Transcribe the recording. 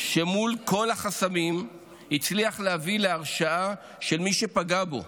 שמול כל החסמים הצליח להביא להרשעה של מי שפגע בו,